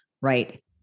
right